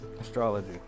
astrology